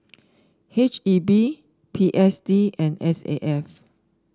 H E B P S D and S A F